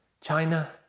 China